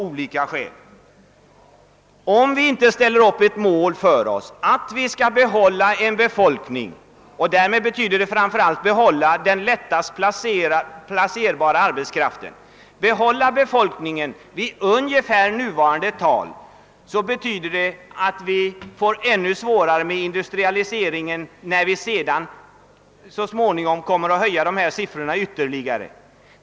Om vi ställer upp det målet för oss att vi skall behålla befolkningen däruppe vid ungefär nuvarande tal — och det innebär framför allt att vi måste hålla kvar den arbetskraft som är lättast att placera — betyder det att vi får det ännu svårare med industrilokaliseringen när vi så småningom skall höja anslagen ytterligare.